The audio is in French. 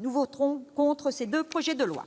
nous voterons contre ces deux projets de loi.